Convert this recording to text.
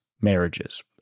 marriages